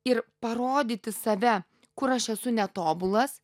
ir parodyti save kur aš esu netobulas